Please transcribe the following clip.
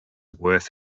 worth